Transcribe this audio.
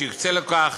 שיוקצה לכך